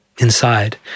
Inside